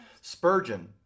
Spurgeon